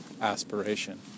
aspiration